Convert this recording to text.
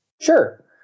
Sure